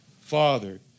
Father